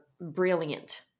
brilliant